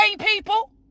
people